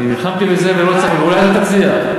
אני נלחמתי בזה, ואולי אתה תצליח.